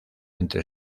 entre